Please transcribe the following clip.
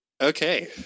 Okay